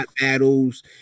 battles